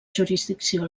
jurisdicció